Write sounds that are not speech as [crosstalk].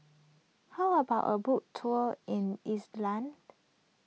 how about a boat tour in [unintelligible]